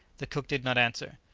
the cook did not answer.